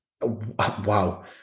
Wow